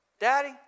daddy